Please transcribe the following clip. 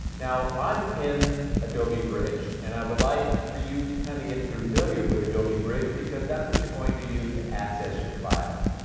now, i'm in adobe bridge and i would like for you to kind of get familiar with adobe bridge because that's what you're going to use to access your files.